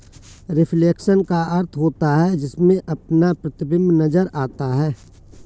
reflection का अर्थ होता है जिसमें अपना प्रतिबिंब नजर आता है